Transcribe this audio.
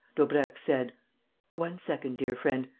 daubrecq said one second, dear friend.